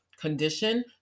condition